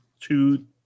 two